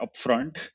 upfront